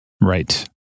Right